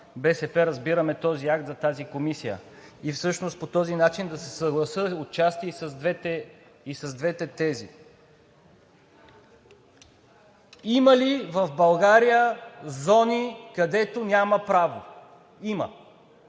БСП разбираме този акт за тази комисия, и всъщност по този начин да се съглася отчасти и с двете тези. Има ли в България зони, където няма право? Има!